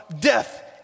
death